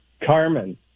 Carmen